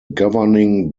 governing